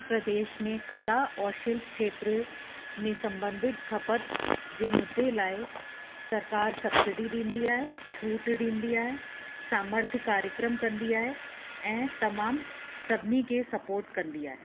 उत्तर प्रदेश में कला और शिल्प क्षेत्र में संबधित खपत जे मुद्दे जे लाइ सरकार सब्सिडी ॾींदी आहे छूट ॾींदी आहे सामर्थ्य कार्यक्रम कंदी आहे ऐं तमामु सभिनी खे स्पोर्ट कंदी आहे